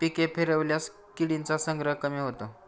पिके फिरवल्यास किडींचा संग्रह कमी होतो